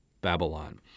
Babylon